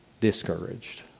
discouraged